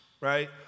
right